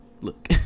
look